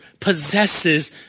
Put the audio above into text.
possesses